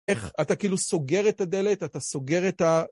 איך אתה כאילו סוגר את הדלת, אתה סוגר את ה...